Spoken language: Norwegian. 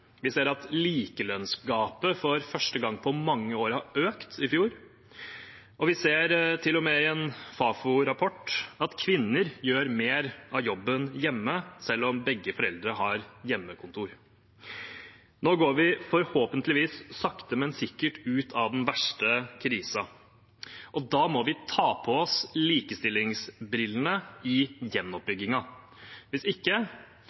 Vi ser at likelønnsgapet for første gang på mange år har økt, i fjor, og vi ser til og med i en Fafo-rapport at kvinner gjør mer av jobben hjemme selv om begge foreldrene har hjemmekontor. Nå går vi forhåpentligvis sakte, men sikkert ut av den verste krisen, og da må vi ta på oss likestillingsbrillene i gjenoppbyggingen. Hvis ikke